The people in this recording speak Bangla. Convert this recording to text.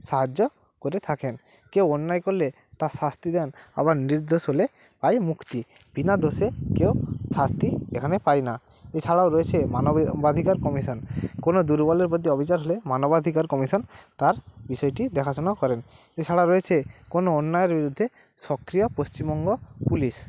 সাহায্য করে থাকেন কেউ অন্যায় করলে তার শাস্তি দেন আবার নির্দোষ হলে পায় মুক্তি বিনা দোষে কেউ শাস্তি এখানে পায় না এছাড়াও রয়েছে মানবাধিকার কমিশন কোনো দুর্বলের প্রতি অবিচার হলে মানবাধিকার কমিশন তার বিষয়টি দেখাশোনা করেন এছাড়া রয়েছে কোনো অন্যায়ের বিরুদ্ধে সক্রিয় পশ্চিমবঙ্গ পুলিশ